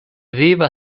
vivas